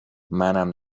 منم